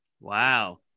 Wow